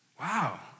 Wow